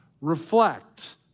Reflect